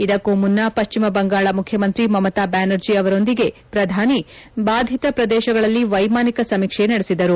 ಇದಕ್ಕೂ ಮುನ್ನ ಪಶ್ಚಿಮ ಬಂಗಾಳ ಮುಖ್ಚಮಂತ್ರಿ ಮಮತಾ ಬ್ಲಾನರ್ಜಿ ಅವರೊಂದಿಗೆ ಪ್ರಧಾನಿ ಬಾಧಿತ ಪ್ರದೇಶಗಳಲ್ಲಿ ವೈಮಾನಿಕ ಸಮೀಕ್ಷೆ ನಡೆಸಿದರು